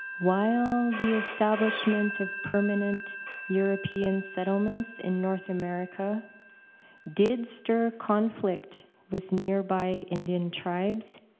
while the establishment of permanent european settlements in north america did stir conflict with nearby indian tribes,